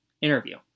interview